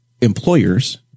employers